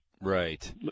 Right